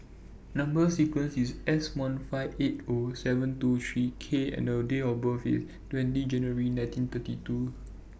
Number sequence IS S one five eight O seven two three K and Date of birth IS twenty January nineteen thirty two